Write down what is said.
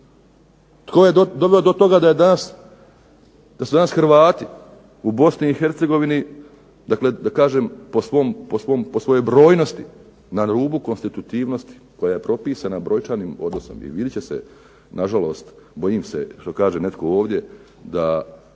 Tko je doveo do toga da je danas, da su danas Hrvati u Bosni i Hercegovini, dakle da kažem po svojoj brojnosti na rubu konstitutivnosti koja propisana brojčanim, odnosno vidjet će se na žalost bojim se što kaže netko ovdje da